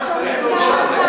אדוני סגן השר,